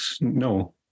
no